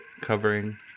covering